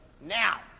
now